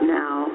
now